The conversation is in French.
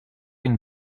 une